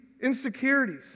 insecurities